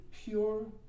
pure